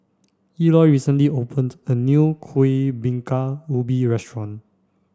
Eloy recently opened a new Kuih Bingka Ubi Restaurant